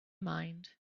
mind